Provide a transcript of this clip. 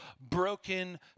broken